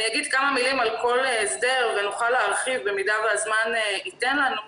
אני אגיד כמה מילים על כל הסדר ונוכל להרחיב אם הזמן יאפשר לנו: